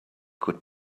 could